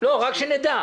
לא רק שנדע...